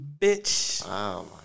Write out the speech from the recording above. bitch